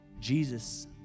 Jesus